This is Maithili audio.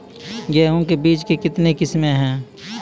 गेहूँ के बीज के कितने किसमें है?